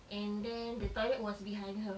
and then the toilet was behind her